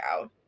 out